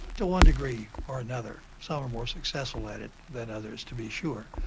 to one degree or another, some are more successful at it than others to be sure.